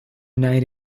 night